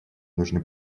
нужны